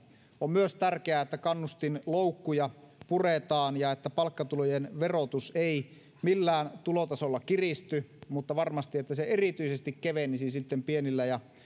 on myös tärkeää että kannustinloukkuja puretaan ja että palkkatulojen verotus ei millään tulotasolla kiristy ja varmasti että se kevenisi erityisesti pienillä ja